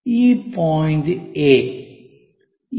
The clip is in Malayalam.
ഈ പോയിന്റ് A